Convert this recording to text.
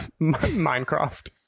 Minecraft